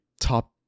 top